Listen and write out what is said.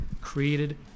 created